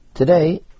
Today